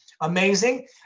Amazing